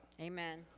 Amen